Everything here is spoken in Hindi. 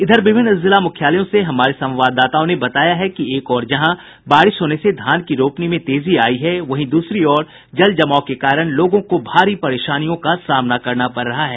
इधर विभिन्न जिला मुख्यालयों से हमारे संवाददाताओं ने बताया है कि एक ओर जहां बारिश होने से धान की रोपनी में तेजी आयी है वहीं दूसरी ओर जलजमाव के कारण लोगों को भारी परेशानियों का सामना करना पड़ रहा है